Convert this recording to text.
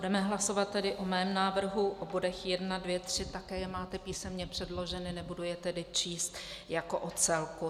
Budeme hlasovat tedy o mém návrhu o bodech 1, 2, 3, také je máte písemně předloženy, nebudu je tedy číst, jako o celku.